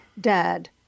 dad